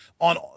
on